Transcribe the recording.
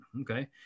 okay